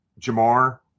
Jamar